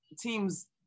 team's